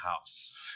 house